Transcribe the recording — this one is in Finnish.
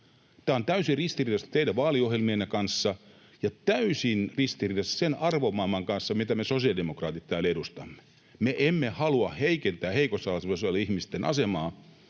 Tämä on täysin ristiriidassa teidän vaaliohjelmienne kanssa ja täysin ristiriidassa sen arvomaailman kanssa, mitä me sosiaalidemokraatit täällä edustamme. Me emme halua heikentää heikossa asemassa olevien ihmisten asemaa.